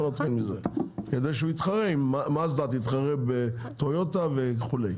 כדי שמזדה תתחרה עם טויוטה וכולי.